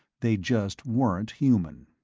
they just weren't human!